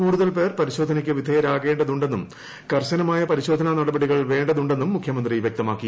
കൂടുതൽ പേർ പരിശോധനയ്ക്ക് വിധേയരാകേണ്ടതുണ്ടെന്നും കർശനമായു പ്പിച്ചരിശോധന നടപടികൾ വേണ്ടതുണ്ടെന്നും മുഖ്യമന്ത്രി വൃക്ടത്മാക്ക്